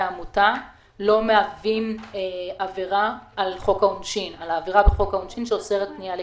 העמותה לא מהווים עבירה על חוק העונשין שאוסרת פנייה לקטינים.